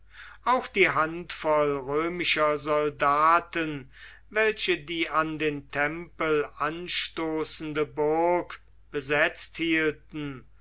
auch die handvoll römischer soldaten welche die an den tempel anstoßende burg besetzt hielten